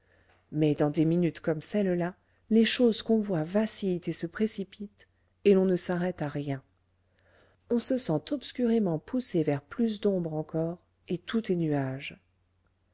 mais dans des minutes comme celle-là les choses qu'on voit vacillent et se précipitent et l'on ne s'arrête à rien on se sent obscurément poussé vers plus d'ombre encore et tout est nuage